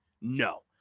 No